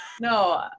No